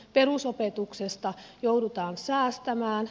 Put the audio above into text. perusopetuksesta joudutaan säästämään